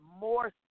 more